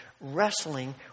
wrestling